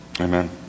Amen